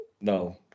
No